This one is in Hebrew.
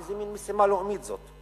איזה מין משימה לאומית זאת?